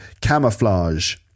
camouflage